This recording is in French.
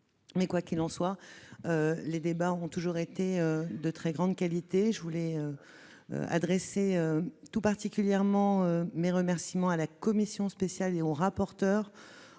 sûr. Quoi qu'il en soit, les débats ont toujours été de très grande qualité. Je voulais adresser mes remerciements tout particulièrement à la commission spéciale et aux rapporteurs,